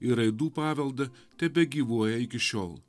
ir aidų paveldą tebegyvuoja iki šiol